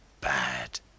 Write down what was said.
bad